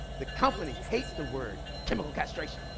the company hates the word chemical castration!